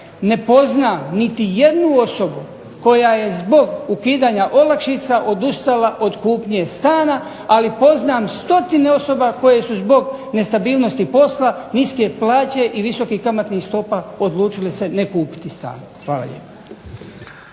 ne poznam niti jednu osobu koja je zbog ukidanja olakšica odustala od kupnje stana ali poznam stotine osoba koje su zbog nestabilnosti posla, niske plaće i visokih kamatnih stopa odlučili se ne kupiti stan. Hvala lijepa.